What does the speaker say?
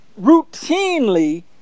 routinely